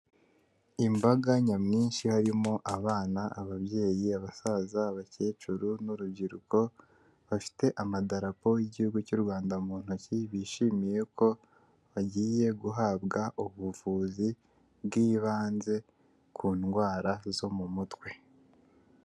Imbaga nyamwinshi harimo abana, ababyeyi, abasaza, abakecuru n'urubyiruko, bafite amadarapo y'igihugu cy'u Rwanda mu ntoki, bishimiye ko bagiye guhabwa ubuvuzi bw'ibanze ku ndwara zo mu mutwe.